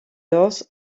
earth